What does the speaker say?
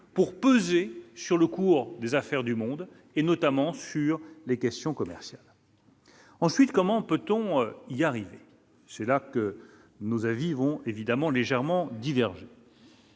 pour peser sur le cours des affaires du monde et notamment sur les questions commerciales ensuite, comment peut-on y arriver, c'est là que nos avis vont évidemment légèrement diverge.